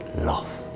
love